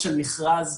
למדתי שימור.